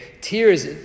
Tears